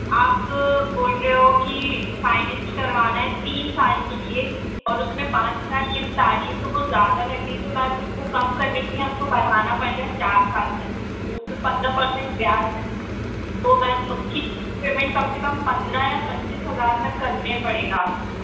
आप बोल रहे हो कि फाइनेंस करवाना है तीन साल के लिए और उसमें पाँच हज़ार किश्त आ रही है तो वह ज़्यादा लग रही है तो मैम उसको करने के लिए मैम हमको बढ़ाना पड़ेगा चार साल तक के लिए तो उसमें पंद्रह पर्सेंट ब्याज है तो मैम उसकी पेमेंट कम से कम पंद्रह से पच्चीस हज़ार तक करने पड़ेगा आपको